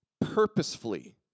purposefully